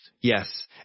Yes